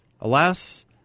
Alas